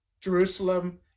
Jerusalem